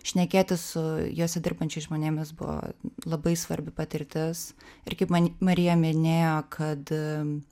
šnekėtis su juose dirbančiais žmonėmis buvo labai svarbi patirtis ir kaip man marija minėjo kad